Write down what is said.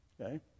okay